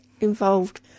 involved